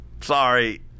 Sorry